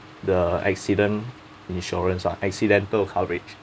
the accident insurance ah accidental coverage